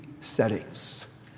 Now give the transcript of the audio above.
settings